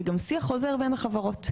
וגם שיח חוזר בין החברות.